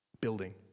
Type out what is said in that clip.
building